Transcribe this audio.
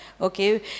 okay